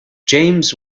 james